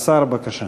השר, בבקשה.